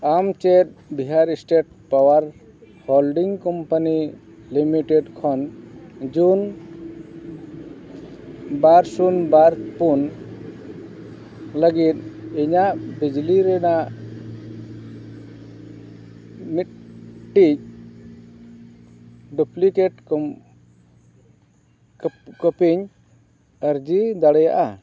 ᱟᱢᱪᱮᱫ Bihar state power holding company limited ᱠᱷᱚᱱ ᱡᱩᱱ ᱵᱟᱨ ᱥᱩᱱ ᱵᱟᱨ ᱯᱩᱱ ᱞᱟᱹᱜᱤᱫ ᱤᱧᱟᱹᱜ ᱵᱤᱡᱽᱞᱤ ᱨᱮᱱᱟᱜ ᱢᱤᱫᱴᱮᱱ ᱵᱩᱯᱞᱤᱠᱮᱴ ᱠᱚᱯᱤ ᱤᱧ ᱟᱨᱡᱤ ᱫᱟᱲᱮᱭᱟᱜᱼᱟ